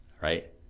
right